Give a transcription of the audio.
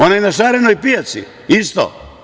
Onaj na šarenoj pijaci isto.